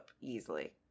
easily